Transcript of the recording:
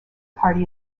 party